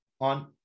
On